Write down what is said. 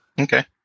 Okay